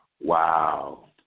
Wow